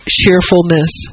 cheerfulness